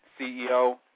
CEO